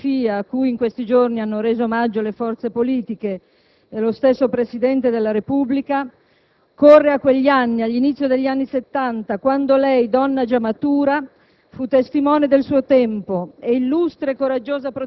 o di chi ha solo saputo della sua eccezionale biografia, alla quale in questi giorni hanno reso omaggio le forze politiche e lo stesso Presidente della Repubblica, corre a quegli anni, all'inizio degli anni Settanta quando lei, donna già matura,